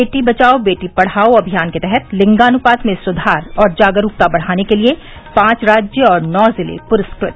बेटी बचाओ बेटी पढ़ाओ अभियान के तहत लिंगानुपात में सुधार और जागरूकता बढ़ाने के लिए पांच राज्य और नौ जिले प्रस्कृत